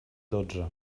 dotze